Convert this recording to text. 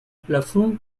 plafond